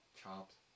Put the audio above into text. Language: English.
chopped